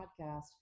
podcast